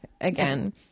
again